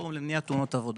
מהפורום למניעת תאונות עבודה.